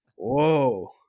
Whoa